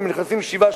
הם נכנסים שבעה,